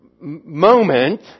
moment